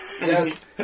Yes